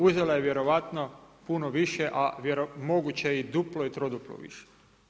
Uzela je vjerojatno puno više, a moguće i duplo i troduplo više.